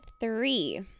three